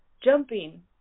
jumping